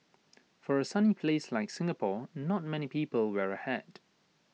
for A sunny place like Singapore not many people wear A hat